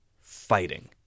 fighting